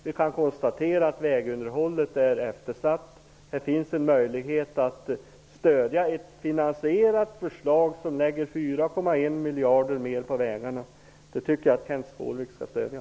Vi kan konstatera att vägunderhållet är eftersatt. Det finns en möjlighet att stödja ett finansierat förslag som satsar 4,1 miljarder mer på vägarna. Det förslaget tycker jag att Kenth Skårvik skall stödja.